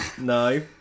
no